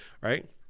right